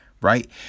right